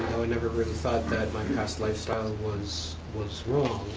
never really thought that my past lifestyle was was wrong,